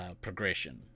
progression